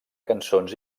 cançons